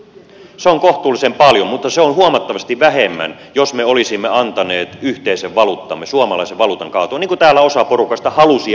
se on kohtuullisen paljon mutta se on huomattavasti vähemmän kuin jos me olisimme antaneet yhteisen valuuttamme suomalaisen valuutan kaatua mitä täällä osa porukasta halusi ja ajoi